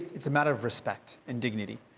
it's a matter of respect and dignity.